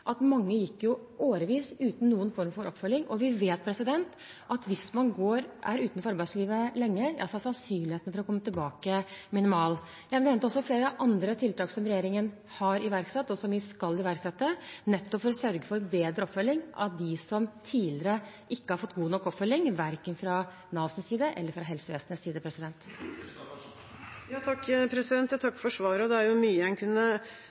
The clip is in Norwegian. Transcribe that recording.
at mange gikk i årevis uten noen form for oppfølging. Vi vet at hvis man er utenfor arbeidslivet lenge, er sannsynligheten for å komme tilbake minimal. Jeg nevnte også flere andre tiltak som regjeringen har iverksatt, og tiltak som vi skal iverksette, nettopp for å sørge for bedre oppfølging av dem som tidligere ikke har fått god nok oppfølging, verken fra Navs side eller fra helsevesenets side. Jeg takker for svaret. Det er mye en kunne